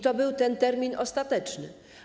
To był ten termin ostateczny.